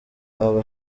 aba